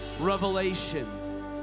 revelation